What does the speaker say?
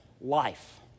life